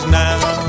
now